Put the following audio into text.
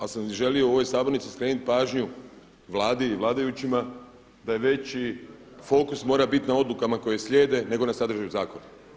Ali sam želio u ovoj sabornici skrenuti pažnju Vladi i vladajućima, da veći fokus mora biti na odlukama koje slijede, nego na sadržaju zakona.